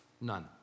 none